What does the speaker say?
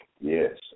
Yes